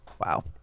Wow